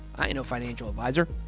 i ain't no financial advisor.